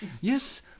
Yes